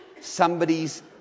somebody's